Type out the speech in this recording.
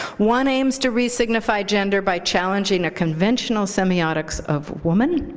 one aims to resignify gender by challenging a conventional semiotics of woman.